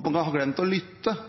arrogant.